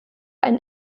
ein